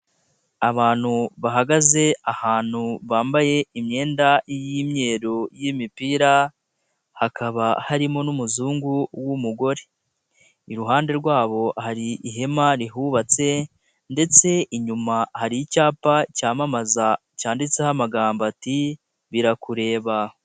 Abantu bahagaze ahantu bambaye imyenda y'imyeru, y'imipira, hakaba harimo n'umuzungu w'umugore, iruhande rwabo hari ihema rihubatse ndetse inyuma hari icyapa cyampamaza cyanditseho amagambo ati birakureba.